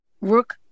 rook